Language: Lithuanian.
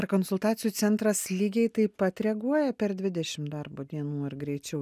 ar konsultacijų centras lygiai taip pat reaguoja per dvidešim darbo dienų ar greičiau